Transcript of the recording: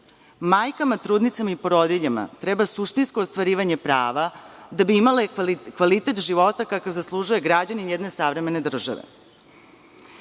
Majkama, trudnicama i porodiljama treba suštinsko ostvarivanje prava, da bi imale kvalitet života kakav zaslužuje građanin jedne savremene države. Moram